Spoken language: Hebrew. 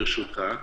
ברשותך,